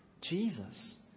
Jesus